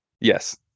yes